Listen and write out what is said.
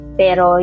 pero